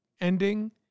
ending